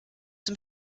dem